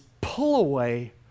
pull-away